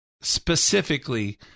specifically